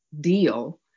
deal